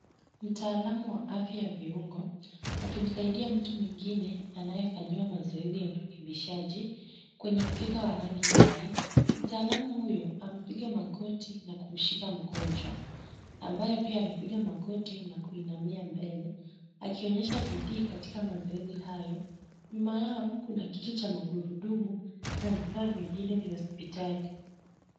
Mtaalamu wa afya ya viungo akimsaidia mtu mwingine anayefanyiwa mazoezi ya urekebishaji kwenye mkeka wa rangi nyingi. Mtaalamu huyu amepiga magoti na kumshika mgonjwa, ambaye pia amepiga magoti na kuinamia mbele, akionyesha bidii katika mazoezi hayo. Nyuma yao kuna kiti cha magurudumu na vifaa vingine vya hospitali.